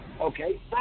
okay